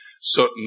certain